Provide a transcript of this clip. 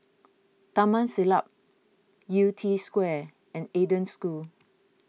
Taman Siglap Yew Tee Square and Eden School